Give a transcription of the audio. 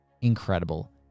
incredible